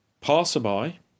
passerby